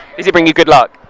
does he bring you good luck?